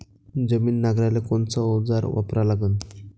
जमीन नांगराले कोनचं अवजार वापरा लागन?